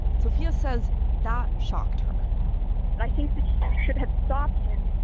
sophia says that shocked her i think the teacher should have stopped him.